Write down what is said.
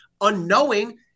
unknowing